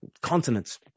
continents